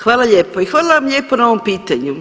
Hvala lijepo i hvala vam lijepo na ovom pitanju.